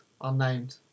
Unnamed